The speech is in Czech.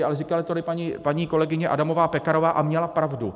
Ale říkala to tady paní kolegyně Adamová Pekarová a měla pravdu.